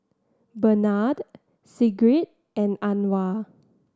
Benard Sigrid and Anwar